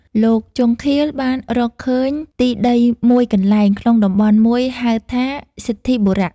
លោកជង្ឃាល បានរកឃើញទីដីមួយកន្លែងក្នុងតំបន់មួយហៅថា សិទ្ធិបុរៈ